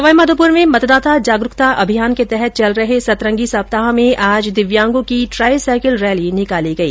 सवाईमाधोपुर में मतदाता जागरूकता अभियान के तहत चल रहे सतरंगी सप्ताह में आज दिव्यांगजनों की ट्राई साईकिल रैली निकाली गई